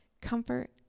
comfort